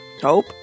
Hope